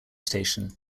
station